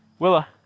Willa